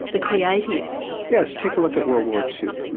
the creatives? yes, take a look at wolrd war two,